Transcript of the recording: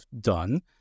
done